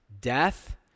death